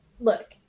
look